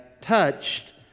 touched